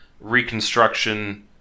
reconstruction